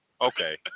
Okay